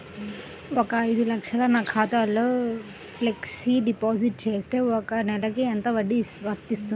ఒక ఐదు లక్షలు నా ఖాతాలో ఫ్లెక్సీ డిపాజిట్ చేస్తే ఒక నెలకి ఎంత వడ్డీ వర్తిస్తుంది?